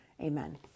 Amen